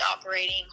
operating